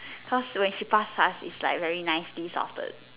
cause when she pass us it's like very nicely sorted